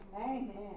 Amen